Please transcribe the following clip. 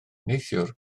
neithiwr